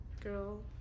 Girl